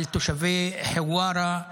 על תושבי חווארה.